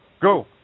Go